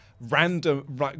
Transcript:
random